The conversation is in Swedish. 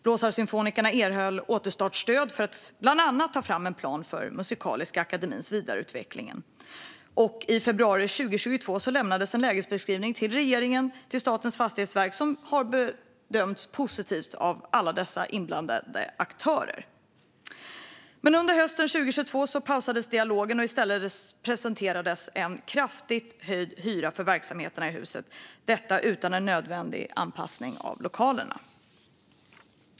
Blåsarsymfonikerna erhöll återstartsstöd för att bland annat ta fram en plan för Musikaliska Akademiens vidareutveckling, och i februari 2022 lämnades en lägesbeskrivning till regeringen. Den har bemötts positivt av alla inblandade aktörer. Men under hösten 2022 pausades dialogen. I stället presenterades en kraftigt höjd hyra för verksamheterna i huset, detta utan en nödvändig anpassning av lokalerna.